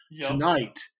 Tonight